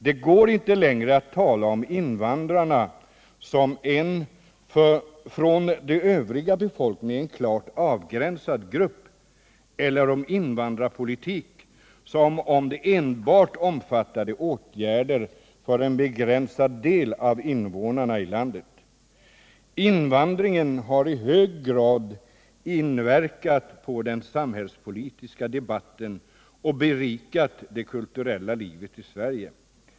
Det går inte längre att tala om invandrarna som en från den övriga befolkningen klart avgränsbar grupp eller om invandrarpolitiken som om den enbart omfattade åtgärder för en begränsad del av invånarna i landet. Invandringen har i hög grad inverkat på den samhällspolitiska debatten och berikat det kulturella livet i Sverige.